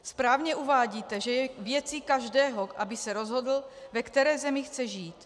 Správně uvádíte, že je věcí každého, aby se rozhodl, ve které zemi chce žít.